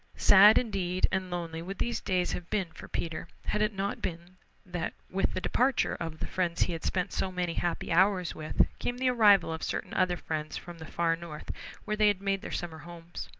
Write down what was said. sad indeed and lonely would these days have been for peter had it not been that with the departure of the friends he had spent so many happy hours with came the arrival of certain other friends from the far north where they had made their summer homes.